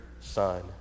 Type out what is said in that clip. son